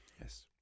Yes